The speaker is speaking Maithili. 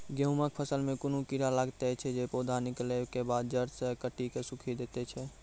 गेहूँमक फसल मे कून कीड़ा लागतै ऐछि जे पौधा निकलै केबाद जैर सऽ काटि कऽ सूखे दैति छै?